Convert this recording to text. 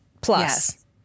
Plus